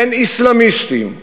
בין אסלאמיסטים,